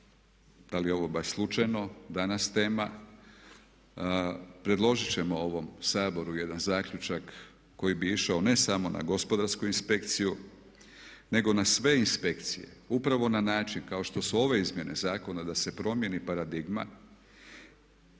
da li je ovo baš slučajno danas tema predložit ćemo ovom Saboru jedan zaključak koji bi išao ne samo na gospodarsku inspekciju nego na sve inspekcije upravo na način kao što su ove izmjene zakona da se promjeni paradigma